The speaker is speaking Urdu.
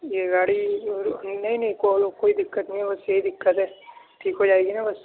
یہ گاڑی نئی نئی کوئی دقت نہیں ہے بس یہی دقت ہے ٹھیک ہو جائے گی نہ بس